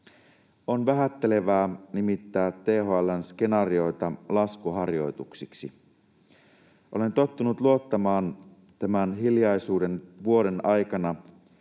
On vähättelevää nimittää THL:n skenaarioita laskuharjoituksiksi. Olen tottunut luottamaan tämän hiljaisuuden vuoden aikana